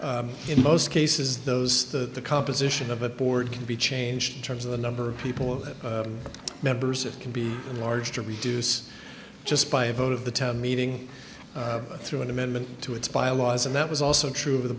numbers in most cases those that the composition of a board can be changed in terms of the number of people of members it can be large to reduce just by a vote of the town meeting through an amendment to its byelaws and that was also true of the